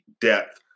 depth